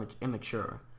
immature